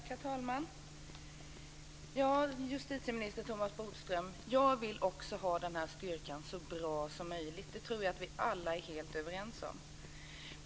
Herr talman! Justitieminister Thomas Bodström! Jag vill också att den här styrkan blir så bra som möjligt. Det tror jag att vi alla är helt överens om.